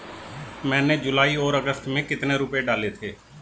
मैंने जुलाई और अगस्त में कितने रुपये डाले थे?